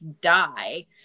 die